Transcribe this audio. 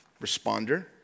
responder